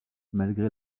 malgré